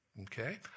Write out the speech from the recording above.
Okay